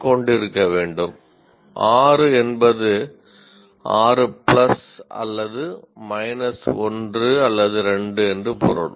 கொண்டிருக்க வேண்டும் 6 என்பது 6 பிளஸ் அல்லது மைனஸ் 1 அல்லது 2 என்று பொருள்